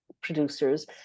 producers